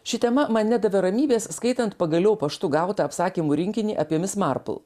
ši tema man nedavė ramybės skaitant pagaliau paštu gautą apsakymų rinkinį apir mis marpl